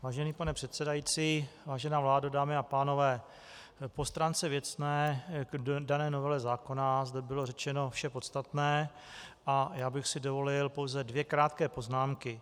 Vážený pane předsedající, vážená vládo, dámy a pánové, po stránce věcné k dané novele zákona zde bylo řečeno vše podstatné, a já bych si dovolil pouze dvě krátké poznámky.